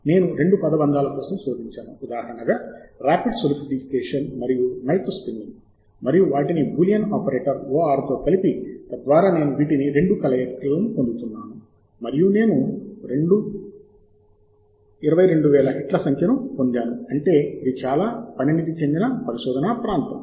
నేను 2 పదబంధాల కోసం శోధించాను ఉదాహరణగా రాపిడ్ సోలిడిఫికేషన్ మరియు మెల్ట్ స్పిన్నింగ్ మరియు వాటిని బూలియన్ ఆపరేటర్ OR తో కలిపి తద్వారా నేను వీటిని రెండు కలయికని పొందుతున్నాను మరియు నేను 22000 హిట్ల సంఖ్యను పొందాను అంటే ఇది చాలా పరిణతి చెందిన పరిశోధన ప్రాంతం